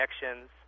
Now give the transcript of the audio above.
connections